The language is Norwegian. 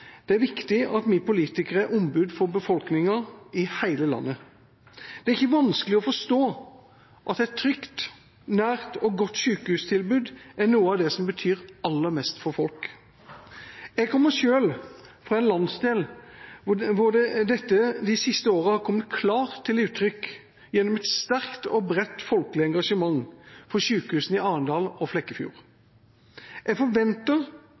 Det er viktig at vi politikere er ombud for befolkninga i hele landet. Det er ikke vanskelig å forstå at et trygt, nært og godt sykehustilbud er noe av det som betyr aller mest for folk. Jeg kommer selv fra en landsdel hvor dette de siste årene har kommet klart til uttrykk gjennom et sterkt og bredt folkelig engasjement for sykehusene i Arendal og Flekkefjord. Jeg forventer